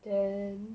then